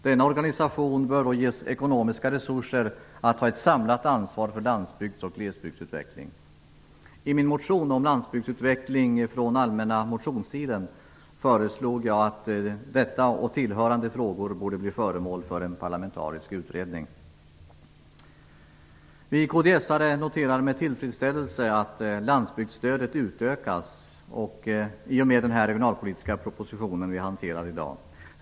Denna organisation bör ges ekonomiska resurser att ta ett samlat ansvar för landsbygds och glesbygdsutveckling. I min motion om landsbygdsutveckling från allmänna motionstiden föreslog jag att detta och tillhörande frågor skall bli föremål för en parlamentarisk utredning. Vi kds:are noterar med tillfredsställelse att landsbygdsstödet utökas i och med den regionalpolitiska proposition som vi behandlar i dag.